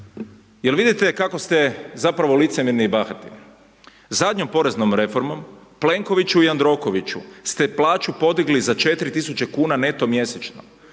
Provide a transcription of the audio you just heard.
Jel vidite kako ste zapravo licemjerni i bahati. Zadnjom poreznom reformom Plenkoviću i Jandrokoviću ste plaću podigli za 4.000 kuna neto mjesečno